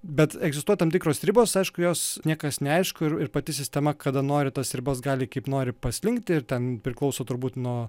bet egzistuoja tam tikros ribos aišku jos niekas neaišku ir ir pati sistema kada nori tas ribas gali kaip nori paslinkti ir ten priklauso turbūt nuo